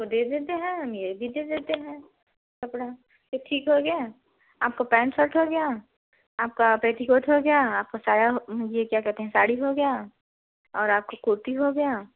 तो दे देते हैं हम ये भी दे देते हैं कपड़ा ये ठीक हो गया आपका पैंट शर्ट हो गया आपका पेटीकोट हो गया आपका साया ये क्या कहते हैं साड़ी हो गया और आपका कोटि हो गया